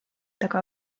taga